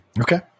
Okay